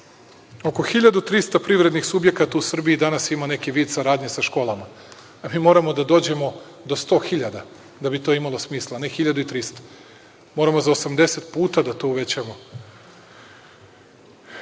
Oko 1.300 privrednih subjekata u Srbiji danas ima neki vid saradnje sa školama, ali moramo da dođemo do 100 hiljada da bi to imalo smisla, a ne 1.300. Moramo za 80 puta da to uvećamo.